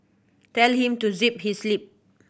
tell him to zip his lip